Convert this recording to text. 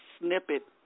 snippet